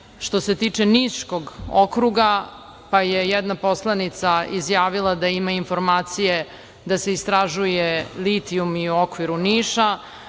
što se tiče Niškog okruga, pa je jedna poslanica izjavila da ima informacije da se istražuje litijum i u okviru Niša,